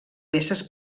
peces